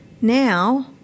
Now